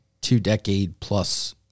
two-decade-plus